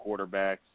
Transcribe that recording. quarterbacks